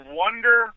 wonder